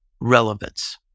relevance